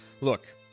look